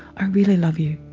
i really love you.